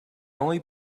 only